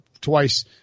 twice